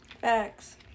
Facts